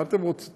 מה אתם רוצים?